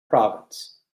province